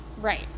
right